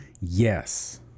yes